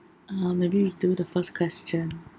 uh maybe you do the first question